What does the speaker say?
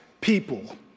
people